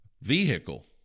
vehicle